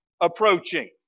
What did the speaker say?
approaching